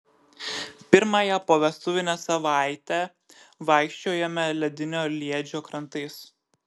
pirmąją povestuvinę savaitę vaikščiojome ledinio liedžio krantais